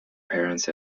parents